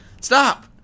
Stop